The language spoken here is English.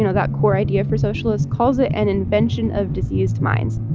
you know that core idea for socialists calls it an invention of diseased minds